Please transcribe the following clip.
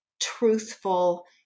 truthful